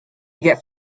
what